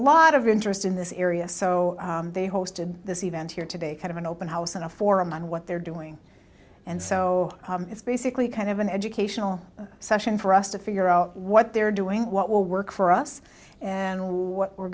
lot of interest in this area so they hosted this event here today kind of an open house and a forum on what they're doing and so it's basically kind of an educational session for us to figure out what they're doing what will work for us and what we're